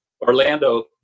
Orlando